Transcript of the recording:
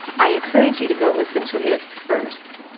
i encourage you to go listen to it first.